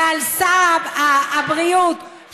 מעל שר הבריאות,